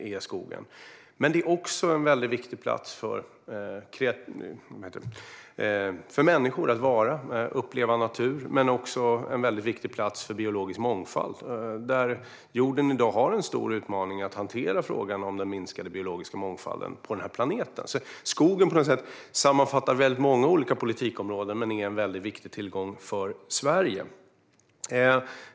Men skogen är också en mycket viktig plats för människor att vistas i och uppleva naturen, och den är en viktig plats för biologisk mångfald. Jorden har i dag en stor utmaning i att hantera frågan om den minskade biologiska mångfalden på planeten. Skogen sammanfattar många olika politikområden och är en viktig tillgång för Sverige.